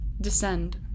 descend